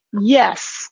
Yes